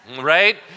right